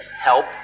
help